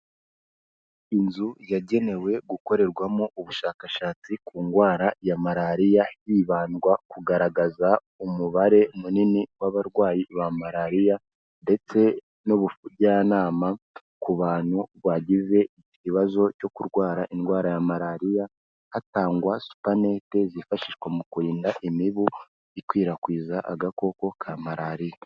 Inzu yagenewe gukorerwamo ubushakashatsi ku ndwara ya malariya hibandwa kugaragaza umubare munini w'abarwayi ba malariya ndetse n'ubujyanama ku bantu bagize ikibazo cyo kurwara indwara ya malariya, hatangwa supanete zifashishwa mu kurinda imibu ikwirakwiza agakoko ka malariya.